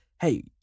hey